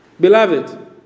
Beloved